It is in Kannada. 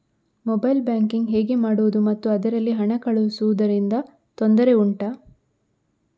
ಮೊಬೈಲ್ ಬ್ಯಾಂಕಿಂಗ್ ಹೇಗೆ ಮಾಡುವುದು ಮತ್ತು ಅದರಲ್ಲಿ ಹಣ ಕಳುಹಿಸೂದರಿಂದ ತೊಂದರೆ ಉಂಟಾ